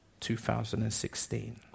2016